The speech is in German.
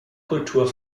kultur